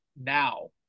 now